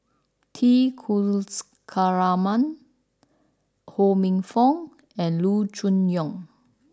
T Kulasekaram Ho Minfong and Loo Choon Yong